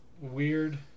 weird